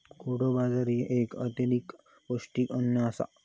कोडो बाजरी एक अत्यधिक पौष्टिक अन्न आसा